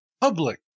public